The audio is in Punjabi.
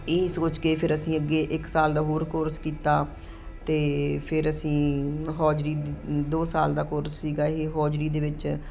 ਇਹ ਸੋਚ ਕੇ ਫਿਰ ਅਸੀਂ ਅੱਗੇ ਇੱਕ ਸਾਲ ਦਾ ਹੋਰ ਕੋਰਸ ਕੀਤਾ ਅਤੇ ਫਿਰ ਅਸੀਂ ਹੌਜਰੀ ਦੋ ਸਾਲ ਦਾ ਕੋਰਸ ਸੀਗਾ ਇਹ ਹੋਜਰੀ ਦੇ ਵਿੱਚ